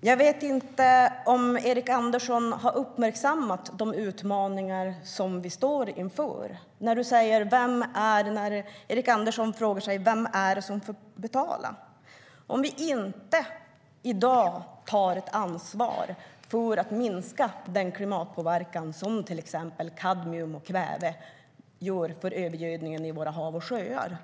Jag vet inte om Erik Andersson har uppmärksammat de utmaningar som vi står inför. Erik Andersson frågar sig vem det är som får betala. Men vad händer om vi i dag inte tar ansvar för att minska den klimatpåverkan som till exempel kadmium och kväve har på övergödningen i våra hav och sjöar?